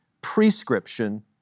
prescription